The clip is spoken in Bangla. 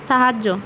সাহায্য